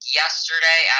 yesterday